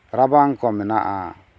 ᱨᱟᱵᱟᱝ ᱠᱚ ᱢᱮᱱᱟᱜᱼᱟ